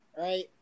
right